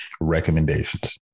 recommendations